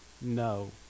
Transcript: no